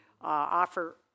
offer